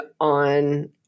on